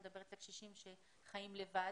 קשישים שחיים לבד.